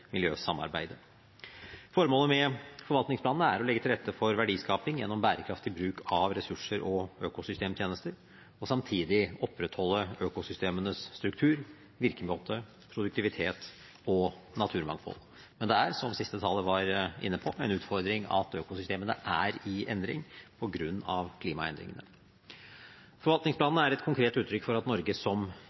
med forvaltningsplanene er å legge til rette for verdiskaping gjennom bærekraftig bruk av ressurser og økosystemtjenester og samtidig opprettholde økosystemenes struktur, virkemåte, produktivitet og naturmangfold. Men det er, som siste taler var inne på, en utfordring at økosystemene er i endring på grunn av klimaendringene. Forvaltningsplanene er et konkret uttrykk for at Norge som